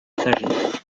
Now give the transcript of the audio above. stagiaire